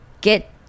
get